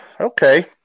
Okay